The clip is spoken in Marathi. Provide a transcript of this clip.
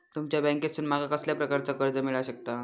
तुमच्या बँकेसून माका कसल्या प्रकारचा कर्ज मिला शकता?